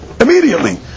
immediately